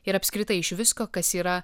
ir apskritai iš visko kas yra